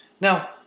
now